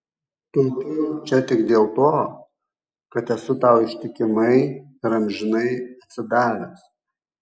tupiu čia tik dėl to kad esu tau ištikimai ir amžinai atsidavęs